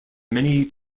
many